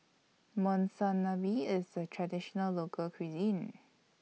Monsunabe IS A Traditional Local Cuisine